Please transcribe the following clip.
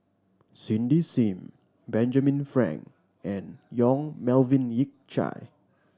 Cindy Sim Benjamin Frank and Yong Melvin Yik Chye